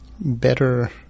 better